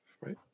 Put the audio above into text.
right